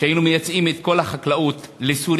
שהיינו מייצאים את כל התוצרת לסוריה,